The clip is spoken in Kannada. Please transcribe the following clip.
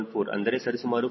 14 ಅಂದರೆ ಸರಿಸುಮಾರು 4